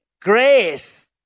Grace